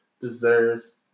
deserves